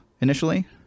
initially